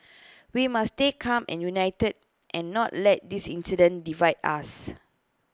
we must stay calm and united and not let this incident divide us